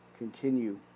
continue